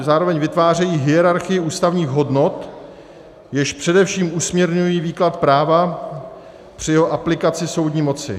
Zároveň vytvářejí hierarchii ústavních hodnot, jež především usměrňují výklad práva při jeho aplikaci soudní moci.